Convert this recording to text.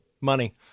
money